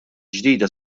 ġdida